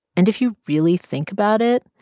and if you really think about it,